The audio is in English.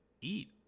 eat